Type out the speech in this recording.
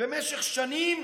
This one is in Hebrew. במשך שנים